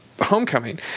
homecoming